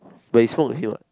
but you smoke with him what